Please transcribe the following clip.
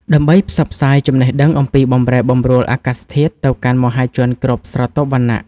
ដើម្បីផ្សព្វផ្សាយចំណេះដឹងអំពីបម្រែបម្រួលអាកាសធាតុទៅកាន់មហាជនគ្រប់ស្រទាប់វណ្ណៈ។